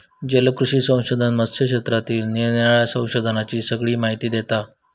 जलकृषी संशोधन मत्स्य क्षेत्रातील निरानिराळ्या संशोधनांची सगळी माहिती देता